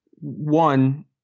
one